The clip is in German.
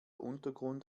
untergrund